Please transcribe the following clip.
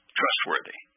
trustworthy